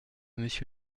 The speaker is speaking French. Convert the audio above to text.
monsieur